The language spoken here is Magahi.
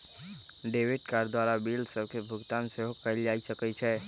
डेबिट कार्ड द्वारा बिल सभके भुगतान सेहो कएल जा सकइ छै